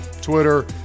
Twitter